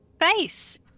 face